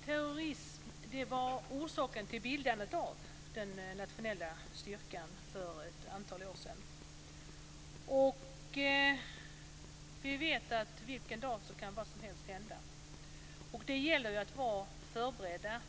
Fru talman! Terrorism var orsaken till bildandet av den nationella styrkan för ett antal år sedan. Vi vet att vilken dag som helst kan vad som helst hända. Det gäller att vara förberedd